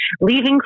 leaving